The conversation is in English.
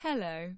Hello